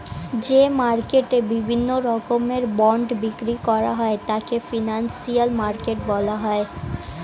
যে মার্কেটে বিভিন্ন রকমের বন্ড বিক্রি করা হয় তাকে ফিনান্সিয়াল মার্কেট বলা হয়